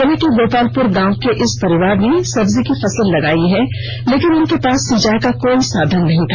जिले के गोपालपुर गांव के इस परिवार ने सब्जी की फसल लगाई है लेकिन उनके पास सिंचाई का कोई साधन नहीं था